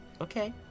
Okay